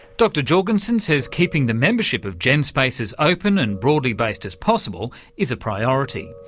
dr jorgensen says keeping the membership of genspace as open and broadly-based as possible is a priority.